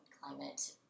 climate